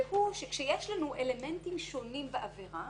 והוא כשיש לנו אלמנטים שונים בעבירה